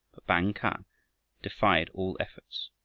bang-kah defied all efforts.